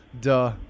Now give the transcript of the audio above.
duh